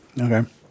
Okay